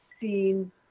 seen